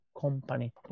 company